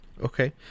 okay